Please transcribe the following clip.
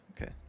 Okay